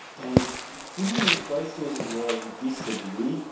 and even in places where we disagree,